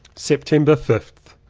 september fifth.